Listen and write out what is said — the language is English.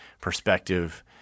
perspective